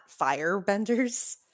Firebenders